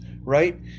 right